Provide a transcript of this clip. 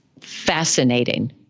fascinating